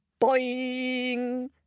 boing